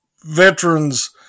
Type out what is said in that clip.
veterans